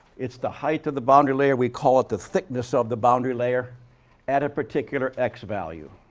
it's the height of the boundary layer we call it the thickness of the boundary layer at a particular x value.